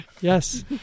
yes